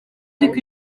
ariko